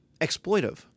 exploitive